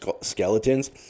skeletons